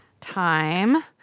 Time